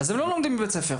אז הם לא לומדים בבית ספר.